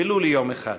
ולו ליום אחד.